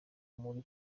muri